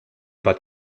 bad